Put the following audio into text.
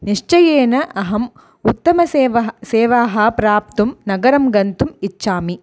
निश्चयेन अहम् उत्तमसेवां सेवां प्राप्तुं नगरं गन्तुम् इच्छामि